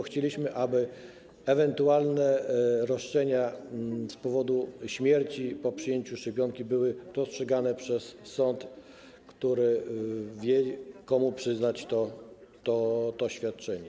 Chcieliśmy, aby ewentualne roszczenia z powodu śmierci po przyjęciu szczepionki były rozstrzygane przez sąd, który wie, komu przyznać to świadczenie.